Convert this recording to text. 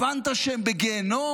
הבנת שהם בגיהינום.